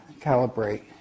Calibrate